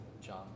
John